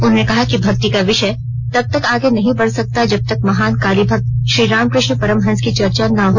उन्होंने कहा कि भक्ति का विषय तबतक आगे नहीं बढ़ नहीं सकता जबतक महान कालीभक्त श्री रामकृष्ण परमहंस की चर्चा न हो